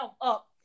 up